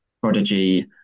prodigy